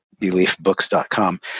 beliefbooks.com